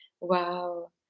wow